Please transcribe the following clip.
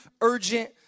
urgent